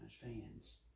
fans